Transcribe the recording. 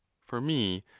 for me,